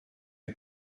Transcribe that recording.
ait